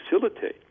facilitate